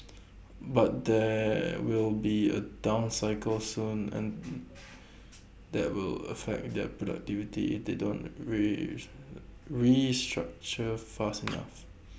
but there will be A down cycle soon and that will affect their productivity they don't ree restructure fast enough